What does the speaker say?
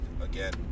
again